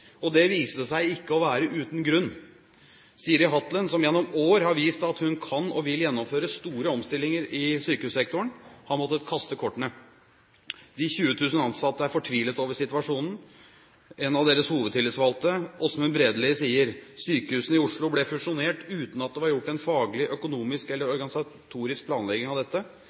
Det viste seg ikke å være uten grunn. Siri Hatlen, som gjennom år har vist at hun kan og vil gjennomføre store omstillinger i sykehussektoren, har måttet kaste kortene. De 20 000 ansatte er fortvilet over situasjonen. En av deres hovedtillitsvalgte, Aasmund Bredeli sier: «Sykehusene i Oslo ble fusjonert uten at det var gjort en faglig, økonomisk eller organisatorisk planlegging av dette.